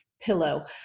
pillow